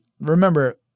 Remember